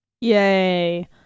Yay